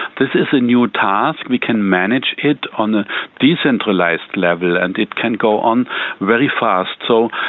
this is a new task. we can manage it on a decentralised level and it can go on very fast. so,